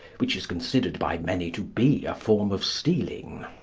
which is considered by many to be a form of stealing.